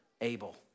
Abel